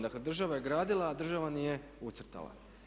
Dakle država je gradila, država nije ucrtala.